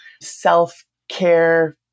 self-care